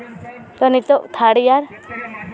ᱟᱫᱚ ᱱᱤᱛᱚᱜ third year